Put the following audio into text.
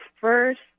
first